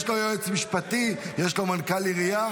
יש לו יועץ משפטי, יש לו מנכ"ל עירייה.